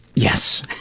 yes.